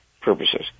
purposes